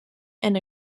and